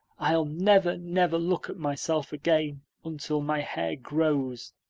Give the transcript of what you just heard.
i'll never, never look at myself again until my hair grows,